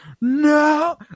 no